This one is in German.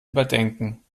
überdenken